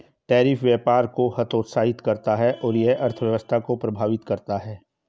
tariff व्यापार को हतोत्साहित करता है और यह अर्थव्यवस्था को प्रभावित करता है